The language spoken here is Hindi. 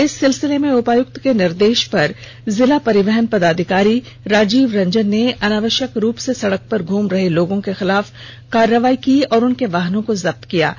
इस सिलसिले में उपायुक्त के निर्देष पर जिला परिवाहन पदाधिकारी राजीव रंजन ने अनावष्यक रूप से सड़क पर घुम रहे लोगों के खिलाफ कार्रवाइ की और उनके वाहनों को जब्त कर लिया गया है